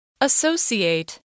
Associate